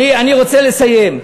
אני רוצה לסיים.